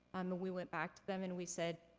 and we went back to them, and we said,